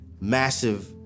massive